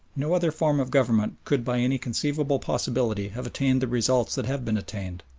no other form of government could by any conceivable possibility have attained the results that have been attained,